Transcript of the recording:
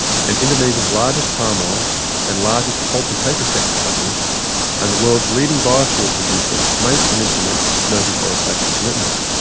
and indonesia's largest palm oil and largest pulp and paper sector companies and the world's leading biofuel producer make and implement no deforestation commitments.